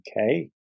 Okay